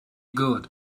good